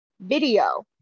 video